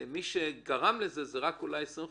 מי שגרם לזה זה רק אולי 25%,